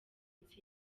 minsi